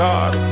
God